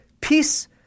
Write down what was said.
peace